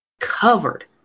covered